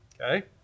Okay